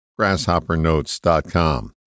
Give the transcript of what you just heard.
grasshoppernotes.com